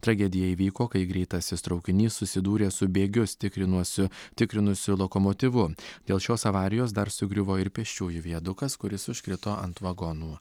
tragedija įvyko kai greitasis traukinys susidūrė su bėgius tikrinuosiu tikrinusiu lokomotyvu dėl šios avarijos dar sugriuvo ir pėsčiųjų viadukas kuris užkrito ant vagonų